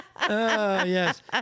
yes